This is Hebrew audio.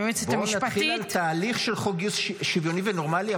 היועצת המשפטית --- בואו נתחיל תהליך של חוק שוויוני ונורמלי,